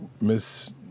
Miss